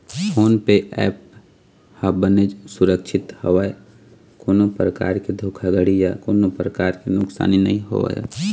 phone पे app ह बनेच सुरक्छित हवय कोनो परकार के धोखाघड़ी या कोनो परकार के नुकसानी नइ होवय